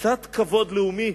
קצת כבוד לאומי,